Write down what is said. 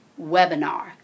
webinar